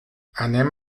anem